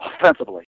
offensively